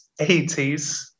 80s